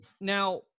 now